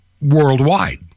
worldwide